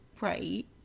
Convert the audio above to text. Right